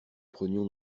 prenions